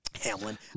Hamlin